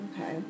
Okay